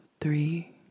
three